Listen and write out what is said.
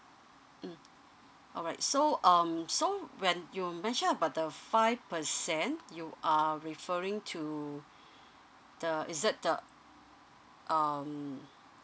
mm alright so um so when you mentioned about the five percent you are referring to the is it the um